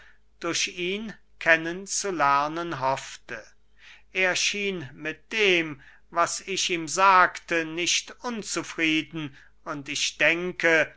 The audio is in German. durch ihn kennen zu lernen hoffte er schien mit dem was ich ihm sagte nicht unzufrieden und ich denke